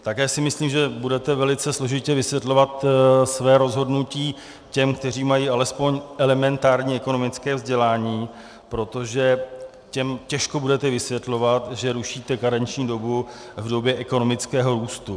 Také si myslím, že budete velice složitě vysvětlovat své rozhodnutí těm, kteří mají alespoň elementární ekonomické vzdělání, protože těm těžko budete vysvětlovat, že rušíte karenční dobu v době ekonomického růstu.